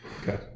Okay